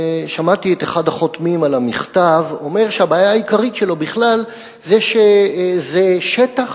שמעתי את אחד החותמים על המכתב אומר שהבעיה העיקרית שלו בכלל היא שזה שטח